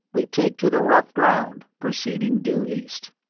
we take to the rough ground proceeding due east.